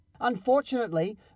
Unfortunately